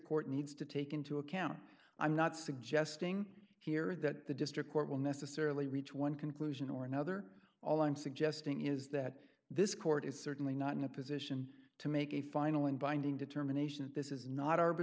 court needs to take into account i'm not suggesting here that the district court will necessarily reach one conclusion or another all i'm suggesting is that this court is certainly not in a position to make a final and binding determination that this is not arb